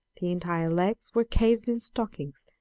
the entire legs were cased in stockings,